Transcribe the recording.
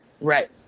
Right